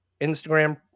Instagram